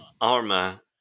Arma